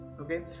okay